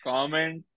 Comment